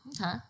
Okay